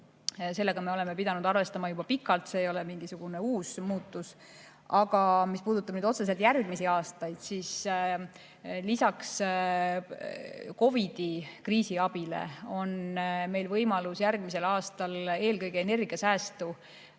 Sellega me oleme pidanud arvestama juba pikalt, see ei ole mingisugune uus muutus. Aga mis puudutab otseselt järgmisi aastaid, siis lisaks COVID‑i kriisiabile on meil võimalus järgmisel aastal eelkõige energiasäästu,